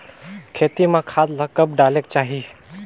खेती म खाद ला कब डालेक चाही?